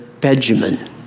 Benjamin